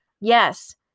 Yes